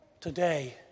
Today